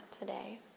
today